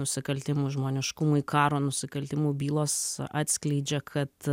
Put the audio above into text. nusikaltimų žmoniškumui karo nusikaltimų bylos atskleidžia kad